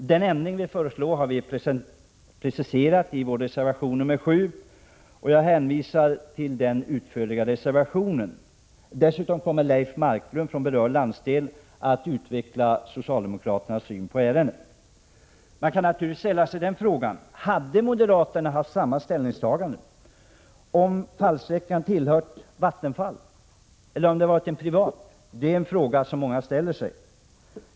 Den ändring vi föreslår har vi preciserat i vår reservation nr 7. Jag hänvisar till den utförliga reservationen. Dessutom kommer Leif Marklund, som är från den berörda landsdelen, att utveckla socialdemokraternas syn på ärendet. Man kan naturligtvis fråga sig om moderaterna hade haft samma ställningstagande om fallsträckan tillhört Vattenfall som om den varit privatägd. Det är en fråga som många ställer sig.